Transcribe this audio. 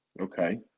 okay